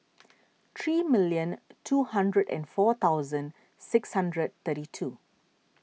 three million two hundred and four thousand six hundred thirty two